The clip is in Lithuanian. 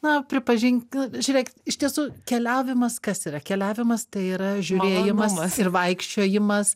na pripažink žiūrėkit iš tiesų keliavimas kas yra keliavimas tai yra žiūrėjimas ir vaikščiojimas